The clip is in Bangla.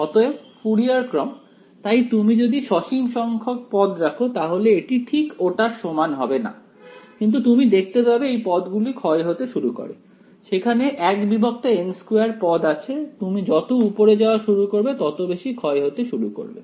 অতএব ফুরিয়ার ক্রম তাই তুমি যদি সসীম সংখ্যক পদ রাখ তাহলে এটি ঠিক ওটার সমান হবে না কিন্তু তুমি দেখতে পাবে এই পদগুলি ক্ষয় হতে শুরু করে সেখানে 1n2 পদ আছে তুমি যত উপরে যাওয়া শুরু করবে তত বেশি ক্ষয় হতে শুরু হবে